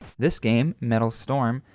this game, metal storm,